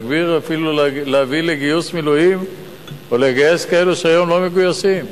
אפילו להביא לגיוס מילואים או לגייס כאלה שהיום לא מגויסים.